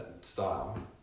style